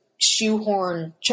shoehorn